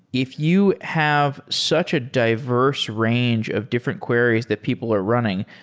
if you have such a diverse range of different queries that people are running,